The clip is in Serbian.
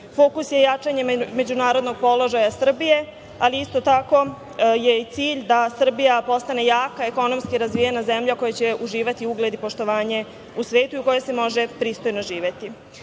Fokus je jačanje međunarodnog položaja Srbije, ali isto tako je i cilj da Srbija postane jaka, ekonomski razvijena zemlja koja će uživati ugled i poštovanje u svetu i u kojoj se može pristojno živeti. Pred